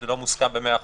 שהוא מוסכם במאה אחוז,